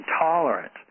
intolerant